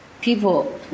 people